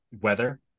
weather